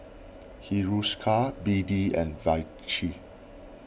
Hiruscar B D and Vichy